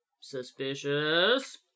Suspicious